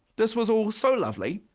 this was all so lovely,